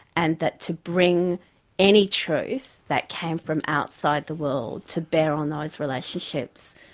and that to bring any truth that came from outside the world to bear on those relationships,